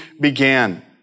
began